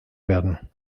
werden